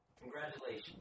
Congratulations